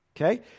Okay